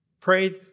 Pray